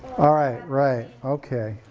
alright, right, okay,